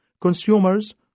consumers